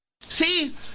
See